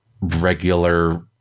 regular